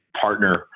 partner